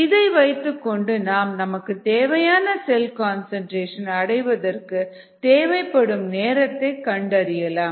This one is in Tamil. இதை வைத்துக்கொண்டு நாம் நமக்கு தேவையான செல் கன்சன்ட்ரேஷன் அடைவதற்கு தேவைப்படும் நேரம் கண்டறியலாம்